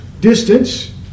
distance